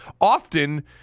often